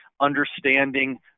understanding